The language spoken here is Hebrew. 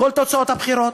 כל תוצאות הבחירות.